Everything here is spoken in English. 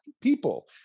people